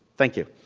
thank you.